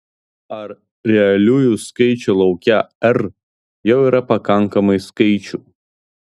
ar realiųjų skaičių lauke r jau yra pakankamai skaičių